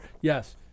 yes